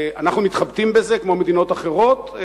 אנחנו מתחבטים בזה כמו מדינות אחרות,